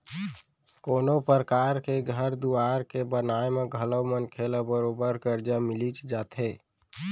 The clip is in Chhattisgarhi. कोनों परकार के घर दुवार के बनाए म घलौ मनखे ल बरोबर करजा मिलिच जाथे